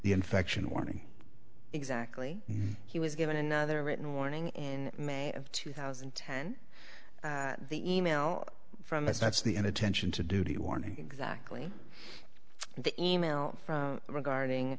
the infection warning exactly he was given another written warning in may of two thousand and ten the email from his that's the end attention to duty warning exactly the email regarding